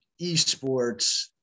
esports